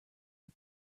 are